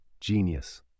Genius